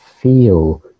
feel